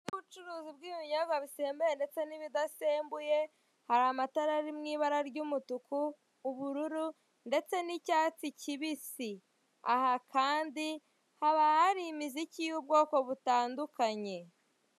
Inzu y'ubucuruzi bw'ibinyobwa bisembuye ndetse n'ibidasembuye hari amatara ari mu ibara ry'umutuku, ubururu ndetse n'icyatsi kibisi. Aha kandi haba hari imiziki y'ubwoko butandukanye.